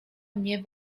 mnie